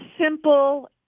simple